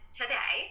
today